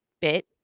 bit